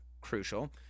crucial